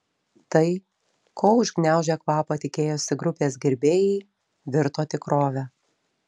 tai ko užgniaužę kvapą tikėjosi grupės gerbėjai virto tikrove